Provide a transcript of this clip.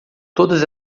todas